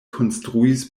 konstruis